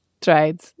tried